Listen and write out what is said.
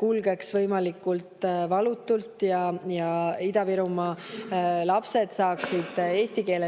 kulgeks võimalikult valutult ja Ida-Virumaa lapsed saaksid eesti keele suhu.